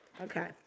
Okay